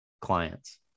clients